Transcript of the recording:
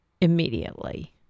immediately